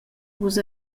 vus